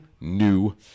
new